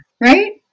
Right